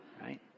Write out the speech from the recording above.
right